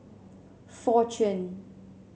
fortune